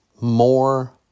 more